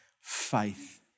faith